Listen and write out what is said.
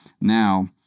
now